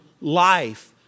life